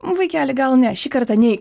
vaikeli gal ne šį kartą neik